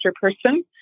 person